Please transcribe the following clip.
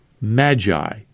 magi